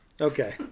Okay